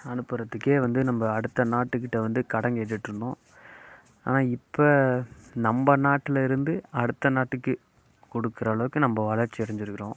அனுப்புகிறதுக்கே வந்து நம்ம அடுத்த நாட்டுக்கிட்டே வந்து கடன் கேட்டுகிட்ருந்தோம் ஆனால் இப்போ நம்ம நாட்டில் இருந்து அடுத்த நாட்டுக்கு கொடுக்குற அளவுக்கு நம்ம வளர்ச்சி அடைஞ்சுருக்குறோம்